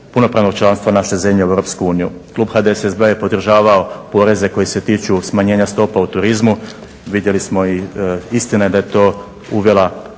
punopravnog članstva naše zemlje u Europskoj uniji. Klub HDSSB-a je podržavao poreze koji se tiču smanjenja stopa u turizmu, vidjeli smo i istina je da je to uvela